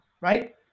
Right